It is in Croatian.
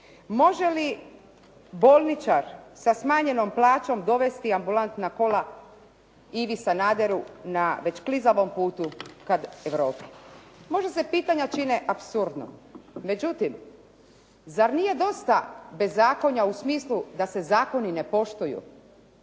Može li bolničar sa smanjenom plaćom dovesti ambulantna kola Ivi Sanaderu na već klizavom putu ka Europi? Možda se pitanja čine apsurdom, međutim zar nije dosta bezakonja u smislu da se zakoni ne poštuju?